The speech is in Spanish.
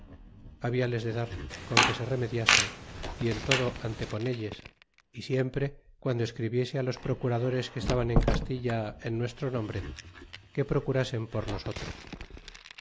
habiales de dar con que se remediasen y en todo anteponelles y siempre pando escribiese los procuradores que estaban en castilla en nuestro nombre que procuraen por nosotros